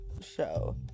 show